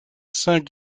saint